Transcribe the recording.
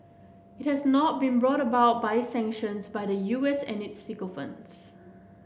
it has not been brought about by sanctions by the U S and its sycophants